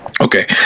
okay